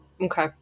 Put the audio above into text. Okay